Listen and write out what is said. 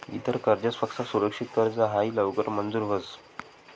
इतर कर्जसपक्सा सुरक्षित कर्ज हायी लवकर मंजूर व्हस